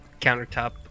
countertop